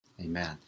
amen